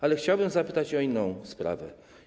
Ale chciałbym zapytać o inną sprawę.